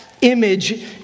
image